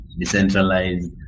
decentralized